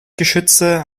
geschütze